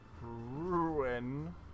ruin